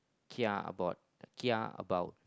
kia about kia about